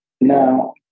Now